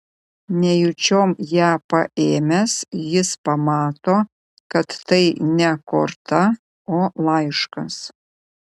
nejučiom ją paėmęs jis pamato kad tai ne korta o laiškas